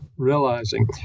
realizing